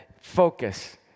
focus